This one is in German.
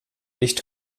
nicht